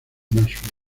nashville